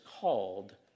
called